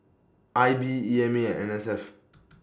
I B E M A and N S F